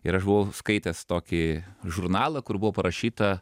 ir aš buvau skaitęs tokį žurnalą kur buvo parašyta